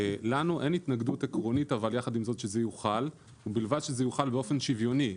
לנו אין התנגדות עקרונית שזה יוחל ובלבד שזה יוחל באופן שוויוני.